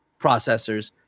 processors